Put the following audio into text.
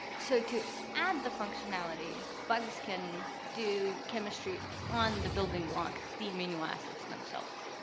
so to add the functionality, bugs can do chemistry on the building blocks, the amino acids themselves.